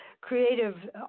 creative